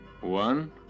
One